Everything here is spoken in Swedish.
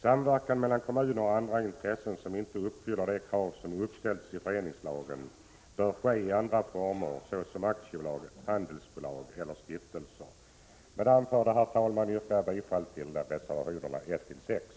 Samverkan mellan kommuner och andra intressen som inte fyller de krav som uppställs i föreningslagen bör ske i andra former, såsom aktiebolag, handelsbolag eller stiftelser. Herr talman! Med det anförda yrkar jag åter bifall till reservationerna 1-6.